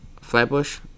Flatbush